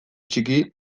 txiki